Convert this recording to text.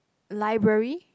library